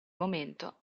momento